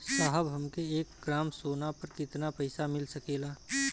साहब हमके एक ग्रामसोना पर कितना पइसा मिल सकेला?